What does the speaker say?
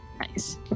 Nice